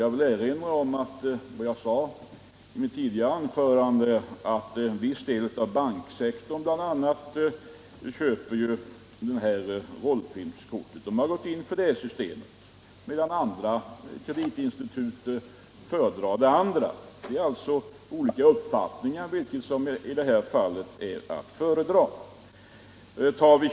Jag nämnde i mitt tidigare anförande att bl.a. en viss del av banksektorn köper AB Rollfilms kort. Där har man gått in för det systemet, medan andra kreditinstitut föredrar det andra. Det finns alltså olika uppfattningar om vilket som är att föredra.